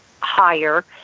higher